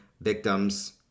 victims